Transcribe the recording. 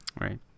Right